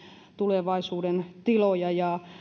tulevaisuuden tiloja